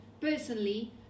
personally